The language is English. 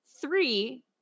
Three